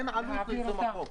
אין עלות ליישום החוק.